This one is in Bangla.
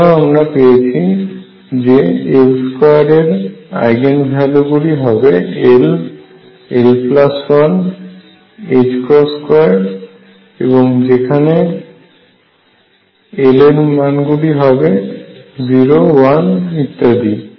এছাড়াও আমরা পেয়েছি যে L2 এর আইগেন ভ্যালু গুলি হবে l l1 2 এবং এবং যেখানে l এর মান গুলি হবে 01 ইত্যাদি